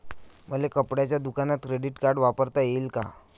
मले कपड्याच्या दुकानात क्रेडिट कार्ड वापरता येईन का?